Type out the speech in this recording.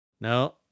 No